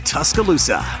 Tuscaloosa